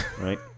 right